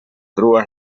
crua